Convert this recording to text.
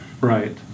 Right